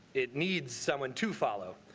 it needs someone to follow